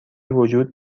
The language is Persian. وجود